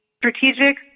Strategic